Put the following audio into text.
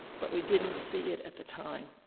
but we didn't see it at the time.